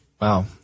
Wow